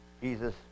Jesus